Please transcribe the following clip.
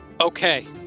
Okay